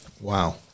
Wow